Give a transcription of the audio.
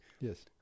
Yes